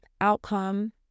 outcome